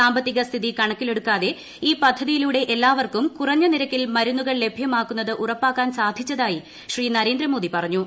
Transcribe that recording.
സാമ്പത്തിക സ്ഥിതി കണക്കിലെടുക്കാതെ ഈ പദ്ധതിയിലൂടെ എല്ലാവർക്കും കുറഞ്ഞ നിരക്കിൽ മരുന്നുകൾ ലഭ്യമാക്കുന്നത് ഉറപ്പാക്കാൻ സാധിച്ചതായി ശ്രീ നരേന്ദ്രമോദി പറഞ്ഞു